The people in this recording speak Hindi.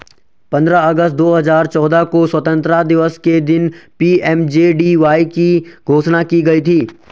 पंद्रह अगस्त दो हजार चौदह को स्वतंत्रता दिवस के दिन पी.एम.जे.डी.वाई की घोषणा की गई थी